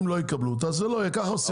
אם לא יקבלו אותה אז זה לא יהיה ככה עושים.